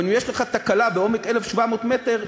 אבל אם יש לך תקלה בעומק 1,700 מטר,